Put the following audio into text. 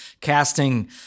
casting